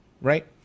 right